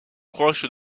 proche